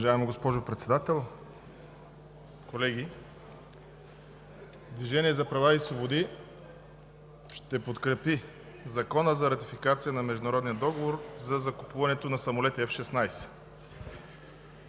„Движението за права и свободи“ ще подкрепи Закона за ратификация на Международния договор за закупуването на самолети F-16.